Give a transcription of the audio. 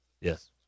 yes